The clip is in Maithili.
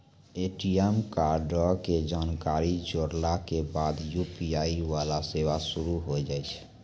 ए.टी.एम कार्डो के जानकारी जोड़ला के बाद यू.पी.आई वाला सेवा शुरू होय जाय छै